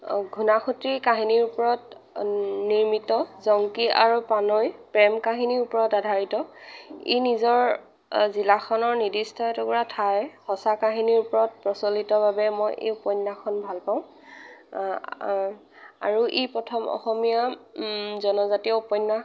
ঘূনাসূঁতিৰ কাহিনীৰ ওপৰত নিৰ্মিত জংকী আৰু পানৈৰ প্ৰেম কাহিনীৰ ওপৰত আধাৰিত ই নিজৰ জিলাখনৰ নিৰ্দিষ্ট এটুকুৰা ঠাইৰ সঁচা কাহিনীৰ ওপৰত প্ৰচলিত বাবে মই এই উপন্যাসখন ভাল পাওঁ আৰু ই প্ৰথম অসমীয়া জনজাতীয় উপন্যাস